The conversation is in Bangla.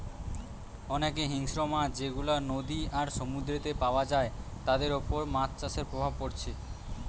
অনেক হিংস্র মাছ যেগুলা নদী আর সমুদ্রেতে পায়া যায় তাদের উপর মাছ চাষের প্রভাব পড়ছে